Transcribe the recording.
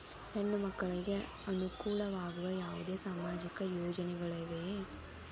ಹೆಣ್ಣು ಮಕ್ಕಳಿಗೆ ಅನುಕೂಲವಾಗುವ ಯಾವುದೇ ಸಾಮಾಜಿಕ ಯೋಜನೆಗಳಿವೆಯೇ?